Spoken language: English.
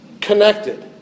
connected